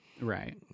Right